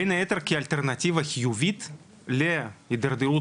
בין היתר כאלטרנטיבה חיובית להתדרדרות